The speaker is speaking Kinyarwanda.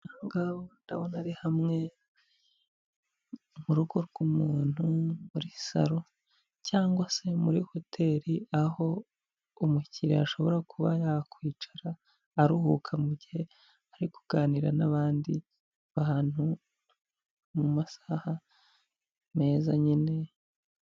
Aha ngaha ndabona ari hamwe mu rugo rw'umuntu muri saro cyangwa se muri hoteri aho umukiriya ashobora kuba yakwicara aruhuka mu gihe ari kuganira n'abandi bantu mu masaha meza nyine.